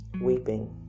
Weeping